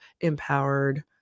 empowered